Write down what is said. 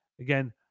again